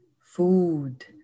food